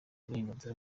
uburenganzira